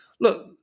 look